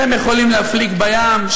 אתם יכולים להפליג בים,